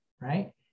right